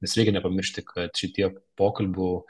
nes reikia nepamiršti kad šitie pokalbių